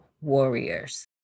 Warriors